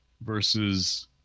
versus